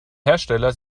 hersteller